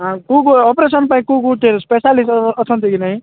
ଆଗକୁ ଅପରେସନ୍ ପାଇଁ କୋଉ କୋଉ ସ୍ପେଶାଲିଷ୍ଟ ଅଛନ୍ତି କି ନାଇଁ